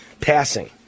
passing